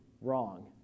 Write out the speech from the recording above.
wrong